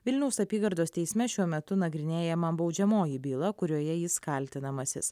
vilniaus apygardos teisme šiuo metu nagrinėjama baudžiamoji byla kurioje jis kaltinamasis